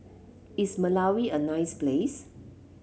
is Malawi a nice place